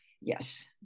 yes